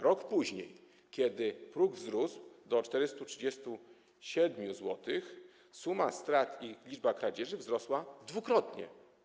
Rok później, kiedy próg wzrósł do 437 zł, suma strat i liczba kradzieży wzrosły dwukrotnie.